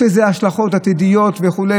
יש לזה השלכות עתידיות וכו',